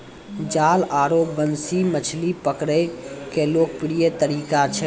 जाल आरो बंसी मछली पकड़ै के लोकप्रिय तरीका छै